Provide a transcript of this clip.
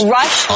Rush